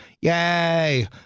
yay